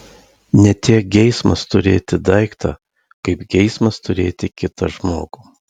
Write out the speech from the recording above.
ne tiek geismas turėti daiktą kaip geismas turėti kitą žmogų